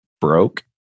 broke